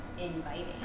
inviting